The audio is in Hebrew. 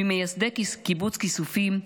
ממייסדי קיבוץ כיסופים,